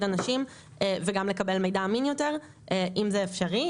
אנשים וגם לקבל מידע אמין יותר אם זה אפשרי,